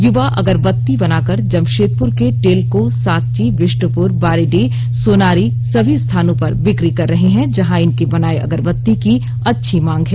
युवा अगरबत्ती बनाकर जमशेदपुर के टेल्को साकची बिष्ट्पुर बारीडीह सोनारी सभी स्थानों पर बिक्री कर रहे हैं जहां इनके बनाये अगरबत्ती की अच्छी मांग है